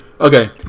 Okay